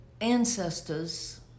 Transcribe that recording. ancestors